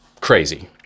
crazy